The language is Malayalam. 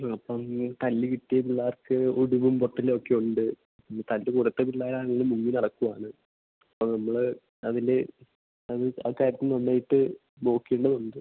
അപ്പം തല്ല് കിട്ടി പിള്ളേർക്ക് ഒടിവും പൊട്ടലും ഒക്കെയുണ്ട് ഇനി തല്ല് കൊടുത്ത പിള്ളേരാണെങ്കിലും മുങ്ങി നടക്കുകയാണ് അപ്പോൾ നമ്മൾ അതിൽ അത് ആ കാര്യത്തിൽ നന്നായിട്ട് നോക്കേണ്ടത് ഉണ്ട്